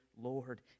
Lord